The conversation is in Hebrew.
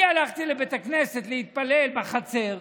אני הלכתי לבית הכנסת להתפלל בחצר,